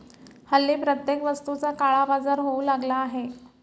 हल्ली प्रत्येक वस्तूचा काळाबाजार होऊ लागला आहे